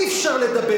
אי-אפשר לטפל,